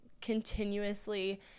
continuously